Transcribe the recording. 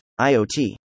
IoT